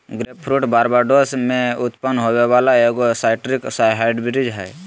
grapefruit Barbados में उत्पन्न होबो वला एगो साइट्रस हाइब्रिड हइ